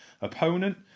opponent